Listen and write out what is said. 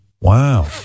wow